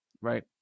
right